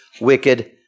wicked